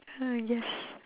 mm yes